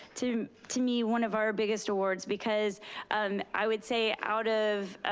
to to me, one of our biggest awards. because um i would say out of,